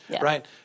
right